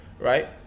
Right